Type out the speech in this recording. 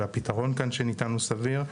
והפתרון שניתן כאן הוא סביר.